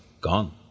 gone